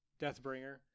deathbringer